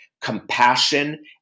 compassion